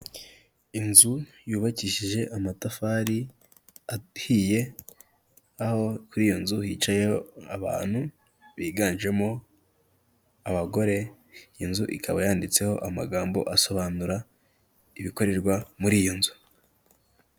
Inzu yubakishije amatafari ahiye, aho kuri iyo nzu hicayeyo abantu biganjemo abagore, iyo nzu ikaba yanditseho amagambo asobanura ibikorerwa muri iyo nzu.